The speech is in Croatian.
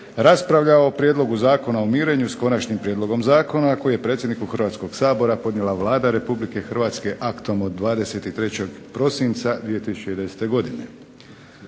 raspravljao o Prijedlogu zakona o mirenju, s konačnim prijedlogom zakona, koji je predsjedniku Hrvatskoga sabora podnijela Vlada Republike Hrvatske aktom od 23. prosinca 2010. godine.